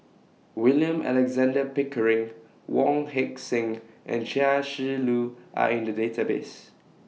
William Alexander Pickering Wong Heck Sing and Chia Shi Lu Are in The Database